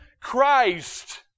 Christ